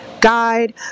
guide